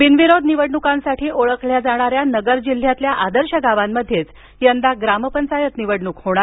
बिनविरोध निवडणुकांसाठी ओळखल्या जाणाऱ्या नगर जिल्ह्यातील आदर्श गावातच यंदा ग्रामपंचायत निवडणुक होणार